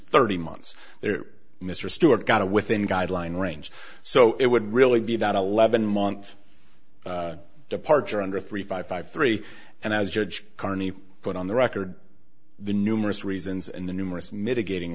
thirty months there mr stewart got a within guideline range so it wouldn't really be that eleven month departure under three five five three and as judge carney put on the record the numerous reasons and the numerous mitigating